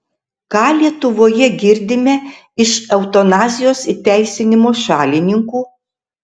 ką lietuvoje girdime iš eutanazijos įteisinimo šalininkų